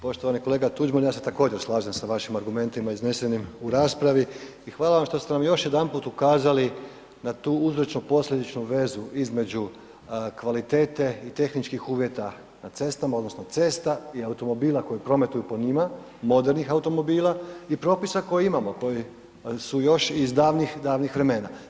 Poštovani kolega Tuđman, ja se također slažem s vašim argumentima iznesenim u raspravi i hvala vam što ste nam još jedanput ukazali na tu uzročno-posljedičnu vezu između kvalitete i tehničkih uvjeta na cestama odnosno cesta i automobila koji prometuju po njima, modernih automobila i propisa koje imamo, koji su još iz davnih, davnih vremena.